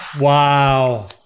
Wow